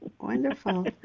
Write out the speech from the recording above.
Wonderful